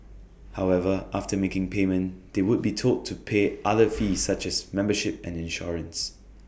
however after making payment they would be told to pay other fees such as membership and insurance